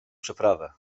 przeprawę